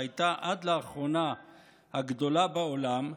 שהייתה עד לאחרונה הגדולה בעולם,